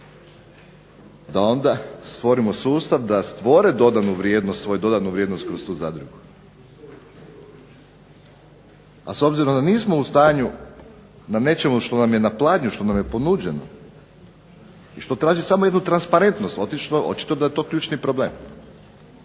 da onda stvorimo sustav da stvore dodanu vrijednost svoju dodanu vrijednost kroz tu zadrugu. A s obzirom da nismo u stanju da nećemo što nam je na pladnju, što nam je ponuđeno, što traži samo jednu transparentnost, očito da je to ključni problem.